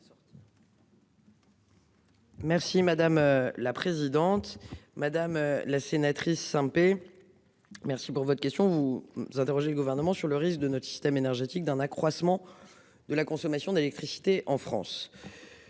Merci madame la présidente, madame la sénatrice Sempé. Merci pour votre question, vous vous interrogez le gouvernement sur le risque de notre système énergétique d'un accroissement. De la consommation d'électricité en France.